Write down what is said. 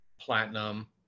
platinum